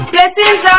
Blessings